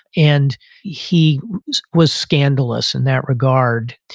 and he was scandalous in that regard.